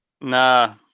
Nah